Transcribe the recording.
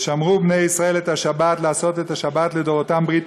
"ושמרו בני ישראל את השבת לעשות את השבת לדֹרֹתם ברית